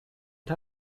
ein